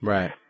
Right